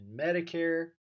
Medicare